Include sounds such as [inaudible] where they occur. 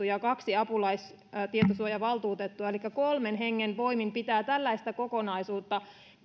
[unintelligible] ja kaksi apulaistietosuojavaltuutettua elikkä kolmen hengen voimin pitää tällaista kokonaisuutta